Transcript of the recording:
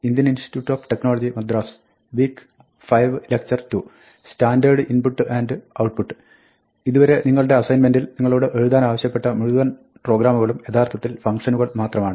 ഇതുവരെ നിങ്ങളുടെ അസൈൻമെന്റിൽ നിങ്ങളോട് എഴുതുവാനാവശ്യപ്പെട്ട മുഴുവൻ പ്രോഗ്രാമുകളും യഥാർത്ഥത്തിൽ ഫംഗ്ഷനുകൾ മാത്രമാണ്